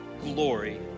glory